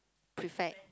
prefect